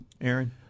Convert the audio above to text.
Aaron